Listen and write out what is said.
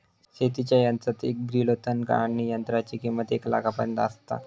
शेतीच्या यंत्रात एक ग्रिलो तण काढणीयंत्राची किंमत एक लाखापर्यंत आसता